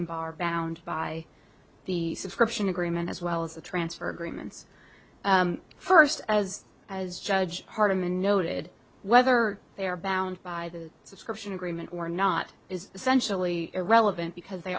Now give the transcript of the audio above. in bar balland by the subscription agreement as well as the transfer agreements first as as judge hardiman noted whether they are bound by the subscription agreement or not is essentially irrelevant because they